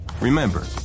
Remember